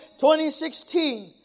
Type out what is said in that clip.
2016